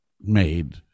made